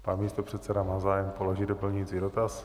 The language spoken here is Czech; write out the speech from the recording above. Pan místopředseda má zájem položit doplňující dotaz?